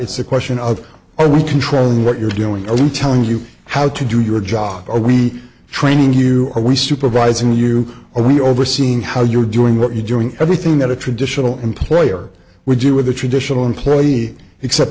it's a question of are we controlling what you're doing on telling you how to do your job are we training you are we supervising you are we overseen how you're doing what you're doing everything that a traditional employer would do with a traditional employee except